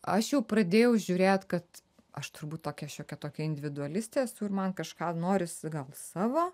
aš jau pradėjau žiūrėt kad aš turbūt tokia šiokia tokia individualistė esu ir man kažką norisi gal savo